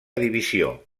divisió